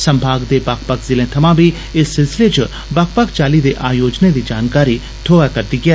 संभाग दे बक्ख बक्ख जिले थमां बी इस सिलसिले च बक्ख बक्ख चाली दे आयोजनें दी जानकारी थोऐ करदी ऐ